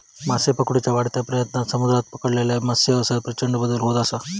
मासे पकडुच्या वाढत्या प्रयत्नांन समुद्रात पकडलेल्या मत्सव्यवसायात प्रचंड बदल होत असा